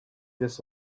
this